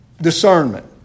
Discernment